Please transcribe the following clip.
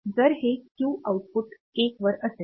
जर हे Q output 1 वर असेल